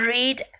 Read